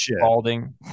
balding